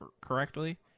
correctly